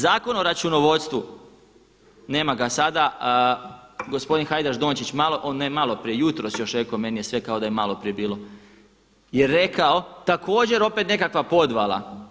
Zakon o računovodstvu, nema ga sada, gospodin Hajdaš-Dončić malo, ne malo prije, jutros još rekao, meni je sve kao da je maloprije bilo, je rekao također opet nekakva podvala.